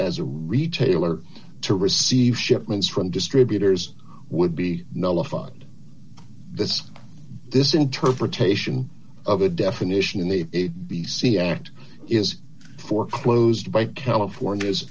as a retailer to receive shipments from distributors would be nullified this this interpretation of a definition in the b c act is foreclosed by california's